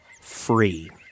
free